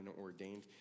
ordained